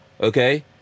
okay